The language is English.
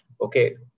okay